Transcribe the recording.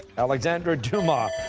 alexandre dumas.